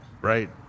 Right